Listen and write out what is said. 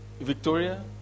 Victoria